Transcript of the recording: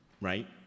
right